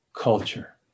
culture